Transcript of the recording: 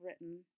written